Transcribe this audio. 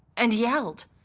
and yelled,